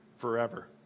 forever